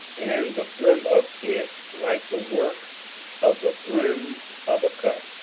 and the brim of it like the work of the brim of a cup,